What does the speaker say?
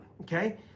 okay